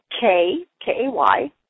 K-K-A-Y